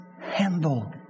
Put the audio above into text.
handle